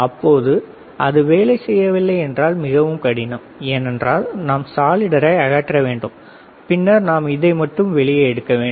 அப்போது அது வேலை செய்யவில்லை என்றால் மிகவும் கடினம் ஏனென்றால் நாம் சாலிடரை அகற்ற வேண்டும் பின்னர் நாம் இதை மட்டும் வெளியே எடுக்க வேண்டும்